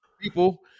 people